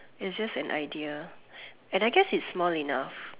is just an idea and I guess it's small enough